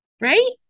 Right